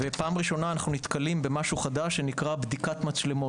ובפעם הראשונה אנחנו נתקלים במשהו חדש שנקרא "בדיקת מצלמות",